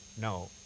No